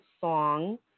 song